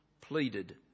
pleaded